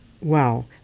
Wow